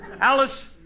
Alice